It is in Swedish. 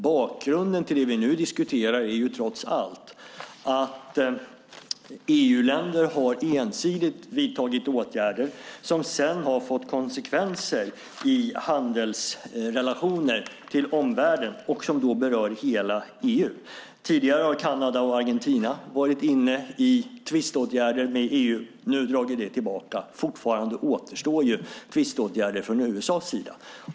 Bakgrunden till det vi nu diskuterar är trots allt att EU-länder ensidigt har vidtagit åtgärder som sedan har fått konsekvenser i handelsrelationer med omvärlden, som då berör hela EU. Tidigare har Kanada och Argentina varit inne i tvisteåtgärder med EU. Nu dras det tillbaka. Fortfarande återstår tvisteåtgärder från USA:s sida.